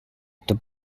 the